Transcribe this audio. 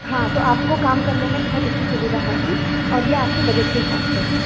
हाँ तो आपको काम करने में बहुत अच्छी सुविधा होगी और ये आपके बजट के हिसाब से है